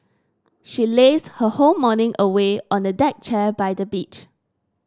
she lazed her whole morning away on a deck chair by the beach